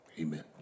Amen